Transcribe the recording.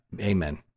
Amen